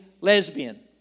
lesbian